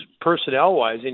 personnel-wise